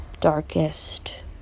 darkest